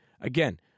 Again